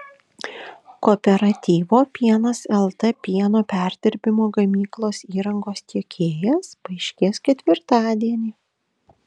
kooperatyvo pienas lt pieno perdirbimo gamyklos įrangos tiekėjas paaiškės ketvirtadienį